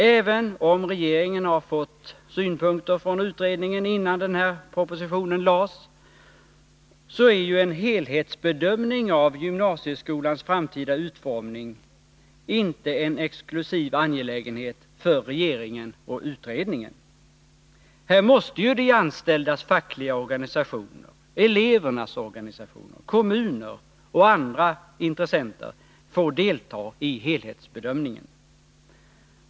Även om regeringen har fått synpunkter från utredningen innan den här propositionen lades fram, så är ju en helhetsbedömning av gymnasieskolans framtida utformning inte en exklusiv angelägenhet för regeringen och utredningen. Här måste de anställdas fackliga organisationer, elevernas organisationer, kommuner och andra intressenter få delta i helhetsbedömningen.